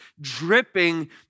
dripping